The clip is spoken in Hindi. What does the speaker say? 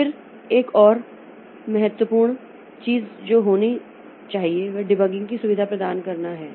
फिर एक और महत्वपूर्ण चीज जो होनी चाहिए वह डिबगिंग की सुविधा प्रदान करना है